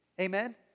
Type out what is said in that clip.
Amen